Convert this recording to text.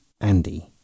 andy